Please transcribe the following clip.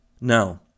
Now